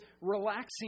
relaxing